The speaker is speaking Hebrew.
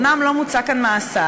אומנם לא מוצע כאן מאסר,